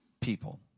people